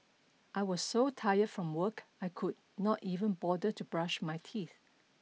I was so tired from work I could not even bother to brush my teeth